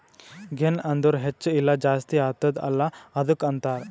ಗೆನ್ ಅಂದುರ್ ಹೆಚ್ಚ ಇಲ್ಲ ಜಾಸ್ತಿ ಆತ್ತುದ ಅಲ್ಲಾ ಅದ್ದುಕ ಅಂತಾರ್